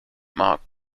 mark